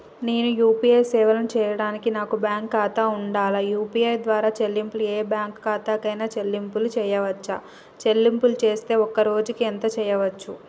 నేను యూ.పీ.ఐ సేవలను చేయడానికి నాకు బ్యాంక్ ఖాతా ఉండాలా? యూ.పీ.ఐ ద్వారా చెల్లింపులు ఏ బ్యాంక్ ఖాతా కైనా చెల్లింపులు చేయవచ్చా? చెల్లింపులు చేస్తే ఒక్క రోజుకు ఎంత చేయవచ్చు?